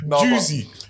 Juicy